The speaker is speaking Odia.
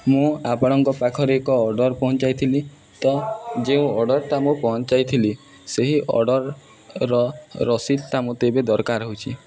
ମୁଁ ଆପଣଙ୍କ ପାଖରେ ଏକ ଅର୍ଡ଼ର୍ ପହଞ୍ଚାଇଥିଲି ତ ଯେଉଁ ଅର୍ଡ଼ର୍ଟା ମୁଁ ପହଞ୍ଚାଇଥିଲି ସେହି ଅର୍ଡ଼ର୍ର ରସିଦ୍ଟା ମୋତେ ଏବେ ଦରକାର ହେଉଛିି